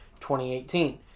2018